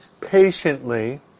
patiently